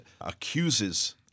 accuses